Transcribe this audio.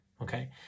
okay